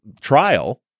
trial